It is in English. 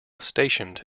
stationed